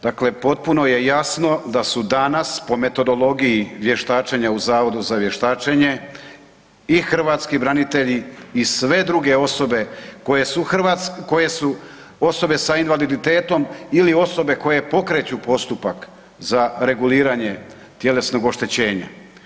Dakle, potpuno je jasno da su danas po metodologiji vještačenja u Zavodu za vještačenje i hrvatski branitelji i sve druge osobe koje su osobe sa invaliditetom ili osobe koje pokreću postupak za reguliranje tjelesnog oštećenja.